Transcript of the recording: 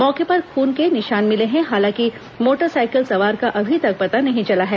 मौके पर खून के निशान मिले हैं हालांकि मोटरसाइकिल सवार का अभी तक पता नहीं चला है